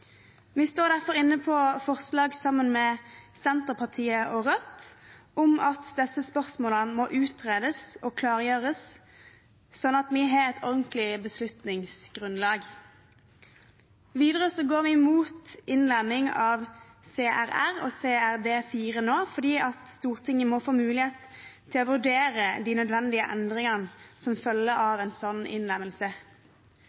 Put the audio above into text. Vi står derfor inne på forslag sammen med Senterpartiet og Rødt om at disse spørsmålene må utredes og klargjøres, slik at vi har et ordentlig beslutningsgrunnlag. Videre går vi imot innlemming av CRR og CRD IV nå fordi Stortinget må få mulighet til å vurdere de nødvendige endringene som følger